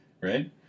right